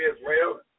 Israel